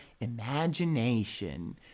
imagination